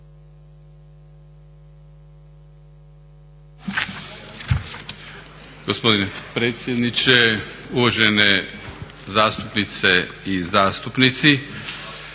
Gospodine predsjedniče, uvažene zastupnice i zastupnici.